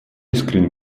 искренне